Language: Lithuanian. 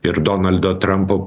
ir donaldo trampo